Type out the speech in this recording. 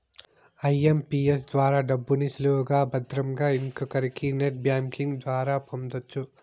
IMPS ద్వారా డబ్బుని సులువుగా భద్రంగా ఇంకొకరికి నెట్ బ్యాంకింగ్ ద్వారా పొందొచ్చు